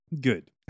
Good